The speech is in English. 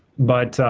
but,